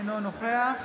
אינו נוכח